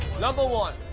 number one.